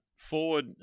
Forward